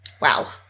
Wow